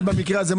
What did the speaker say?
במקרה הזה,